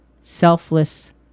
selfless